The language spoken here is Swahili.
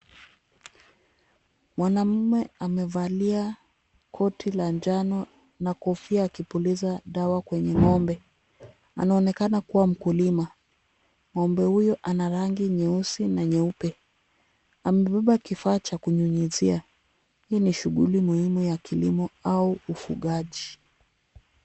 Mwanamume amevalia koti la njano na kofia akipuliza dawa kwenye ng'ombe anaonekana kuwa mkulima. Ng'ombe huyo ana rangi nyeusi na nyeupe. Amebeba kifaa cha kunyunyizia. Hii ni shughuli muhimu ya kilimo au ufugaji.